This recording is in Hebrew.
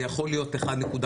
זה יכול להיות 1.5,